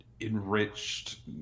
enriched